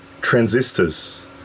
transistors